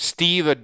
Steve